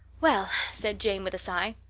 well, said jane with a sigh,